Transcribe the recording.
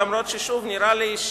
אף-על-פי ששוב נראה לי,